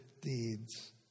deeds